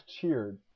cheered